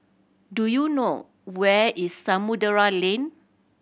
do you know where is Samudera Lane